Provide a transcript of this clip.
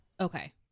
okay